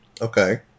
Okay